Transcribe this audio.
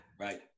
Right